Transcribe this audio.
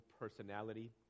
personality